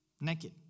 Naked